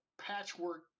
patchwork